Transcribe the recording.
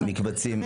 מקבצים.